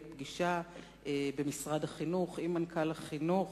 פגישה במשרד החינוך עם מנכ"ל משרד החינוך,